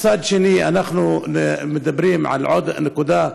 מצד שני, אנחנו מדברים על עוד נקודה,